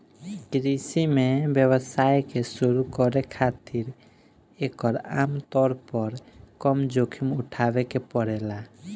कृषि में व्यवसाय के शुरू करे खातिर एकर आमतौर पर कम जोखिम उठावे के पड़ेला